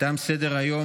תם סדר-היום.